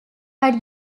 but